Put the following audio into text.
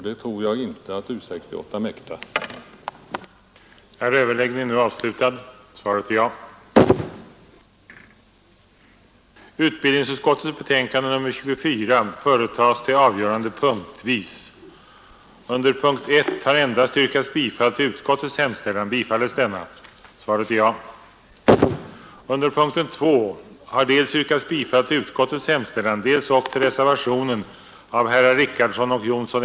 Det tror jag inte att U 68 mäktar göra.